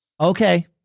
Okay